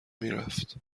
میرفت